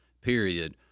period